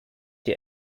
dir